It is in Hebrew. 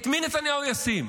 את מי נתניהו ישים?